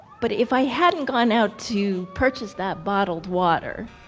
but if i hadn't gone out to purchase that bottled water,